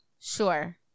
Sure